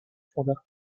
fonda